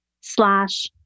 slash